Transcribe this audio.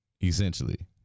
Essentially